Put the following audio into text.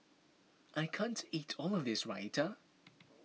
I can't eat all of this Raita